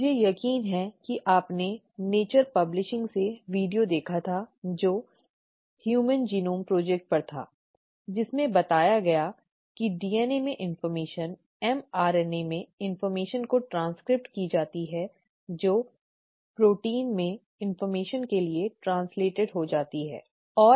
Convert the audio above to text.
मुझे यकीन है कि आपने नेचर प्रकाशन से वीडियो देखा था जो ह्यूमन जीनोम प्रोजेक्ट पर था जिसमें बताया गया कि डीएनए में सूचना mRNA में सूचना को ट्रैन्स्क्राइब की जाती है जो प्रोटीन में जानकारी के लिए ट्रांसलेटेड हो जाती है ठीक है